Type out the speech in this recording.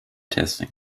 testing